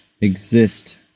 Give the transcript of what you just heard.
exist